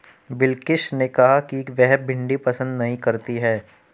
बिलकिश ने कहा कि वह भिंडी पसंद नही करती है